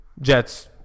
Jets